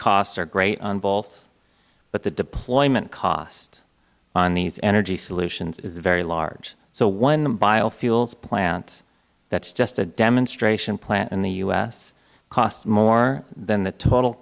costs are great on both but the deployment cost on these energy solutions is very large so one biofuels plant that is just a demonstration plant in the u s costs more than the total